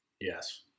yes